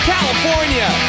California